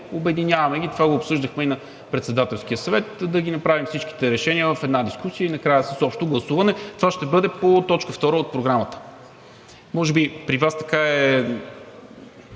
Обединяваме ги – това го обсъждахме и на Председателския съвет – да направим всички решения в една дискусия и накрая – с общо гласуване. Това ще бъде по т. 2 от Програмата. Може би при Вас е